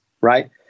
right